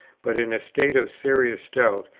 but in a state of serious doubt,